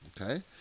Okay